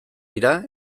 dira